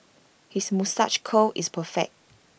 his moustache curl is perfect